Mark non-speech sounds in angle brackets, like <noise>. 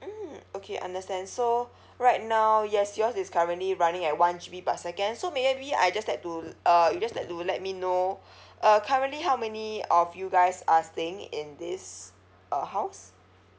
mm okay understand so right now yes yours is currently running at one G_B per second so maybe I'd just like to uh you'd just like to let me know <breath> uh currently how many of you guys are staying in this uh house